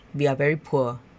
we are very poor